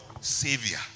savior